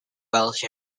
welch